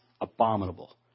Abominable